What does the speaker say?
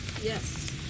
Yes